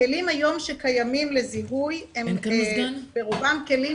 הכלים היום שקיימים לזיהוי הם ברובם כלים